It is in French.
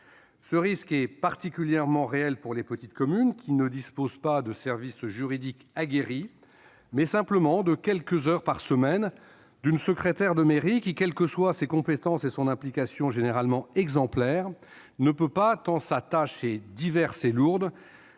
Ce risque est particulièrement réel pour les petites communes, qui disposent non pas de services juridiques aguerris, mais simplement, quelques heures par semaine, d'une secrétaire de mairie qui, quelles que soient ses compétences et son implication généralement exemplaires, ne peut pas, tant sa tâche est diverse et lourde,